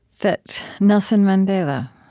that nelson mandela,